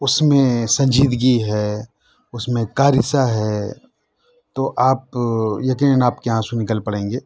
اُس میں سنجیدگی ہے اُس میں کاریسا ہے تو آپ یقیناََ آپ کے آنسو نکل پڑیں گے